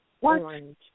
orange